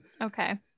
okay